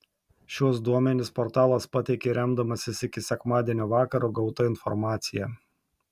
šiuo duomenis portalas pateikė remdamasis iki sekmadienio vakaro gauta informacija